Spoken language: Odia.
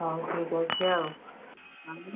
ହଉ ଠିକ୍ ଅଛି ଆଉ